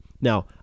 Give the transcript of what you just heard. Now